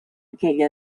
aquell